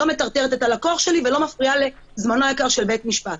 לא מטרטרת את הלקוח שלי ולא מפריעה לזמנו היקר של בית המשפט.